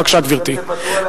בבקשה, גברתי.